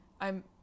I'm-